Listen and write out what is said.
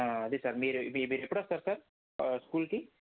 ఆ అదే సార్ మీరు మీ ఎప్పుడొస్తారు సార్ ఆ స్కూల్ కి